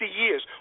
years